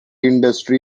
industry